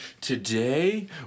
Today